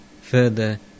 Further